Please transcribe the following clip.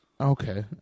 Okay